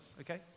okay